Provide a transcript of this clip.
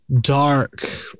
dark